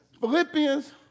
Philippians